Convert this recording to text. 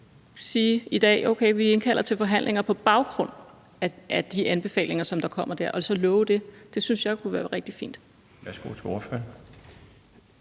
sige i dag, at, okay, vi indkalder til forhandlinger på baggrund af de anbefalinger, der kommer der, og så love det? Det synes jeg kunne være rigtig fint.